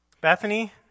Bethany